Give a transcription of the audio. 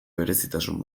berezitasun